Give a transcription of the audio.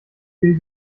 viel